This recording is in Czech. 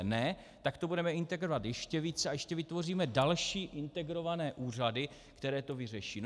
Ne, tak to budeme integrovat ještě více a ještě vytvoříme další integrované úřady, které to vyřeší.